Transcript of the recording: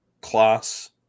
class